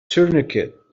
tourniquet